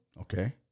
Okay